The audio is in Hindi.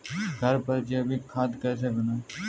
घर पर जैविक खाद कैसे बनाएँ?